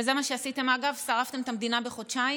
וזה מה שעשיתם, אגב, שרפתם את המדינה בחודשיים.